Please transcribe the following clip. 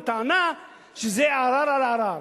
בטענה שזה ערר על ערר.